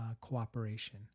cooperation